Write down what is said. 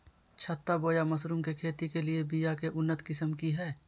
छत्ता बोया मशरूम के खेती के लिए बिया के उन्नत किस्म की हैं?